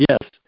Yes